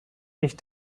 ich